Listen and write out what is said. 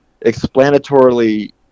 explanatorily